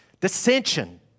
dissension